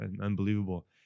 unbelievable